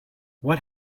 what